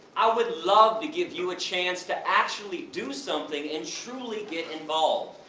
i would love to give you a chance to actually do something, and truly get involved!